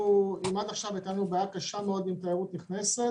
עד עכשיו הייתה בעיה קשה מאוד בכל הנוגע בתיירות הנכנסת,